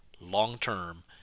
long-term